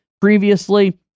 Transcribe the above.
previously